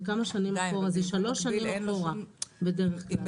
וכמה שנים אחורה זה שלוש שנים אחורה, בדרך כלל.